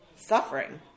suffering